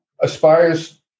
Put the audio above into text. aspires